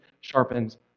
sharpens